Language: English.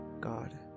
God